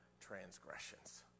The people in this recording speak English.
transgressions